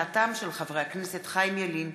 בהצעתם של חברי הכנסת חיים ילין,